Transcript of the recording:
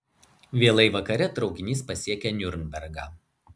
vėlai vakare traukinys pasiekia niurnbergą